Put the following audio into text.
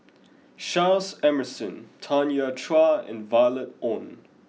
Charles Emmerson Tanya Chua and Violet Oon